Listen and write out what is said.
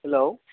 hello